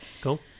Cool